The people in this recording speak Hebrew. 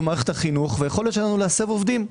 מערכת החינוך והיכולת שלנו להסב עובדים,